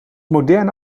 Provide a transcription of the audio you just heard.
moderne